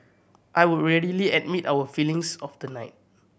I would readily admit our failings of the night